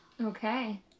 Okay